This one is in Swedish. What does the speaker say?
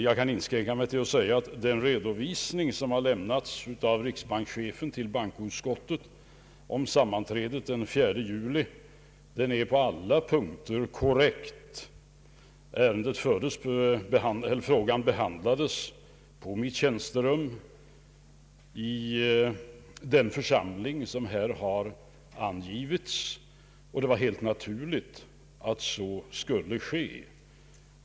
Jag kan inskränka mig till att säga att den redovisning som lämnats av riksbankschefen till bankoutskottet om sammanträdet den 4 juli på alla punkter är korrekt. Frågan behandlades på mitt tjänsterum i den församling som här har angivits, och det var helt naturligt att så skulle ske.